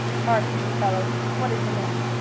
hark, you fellow, what is your name?